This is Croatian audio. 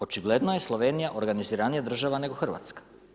Očigledno je Slovenija organiziranija država nego Hrvatska.